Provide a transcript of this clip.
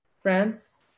France